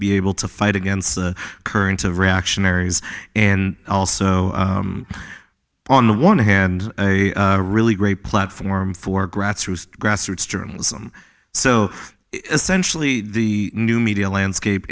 be able to fight against the current of reactionaries and also on the one hand a really great platform for grassroots grassroots journalism so essentially the new media landscape